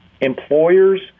Employers